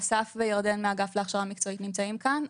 אסף וירדן מהאגף להכשרה מקצועית נמצאים כאן.